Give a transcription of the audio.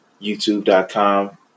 youtube.com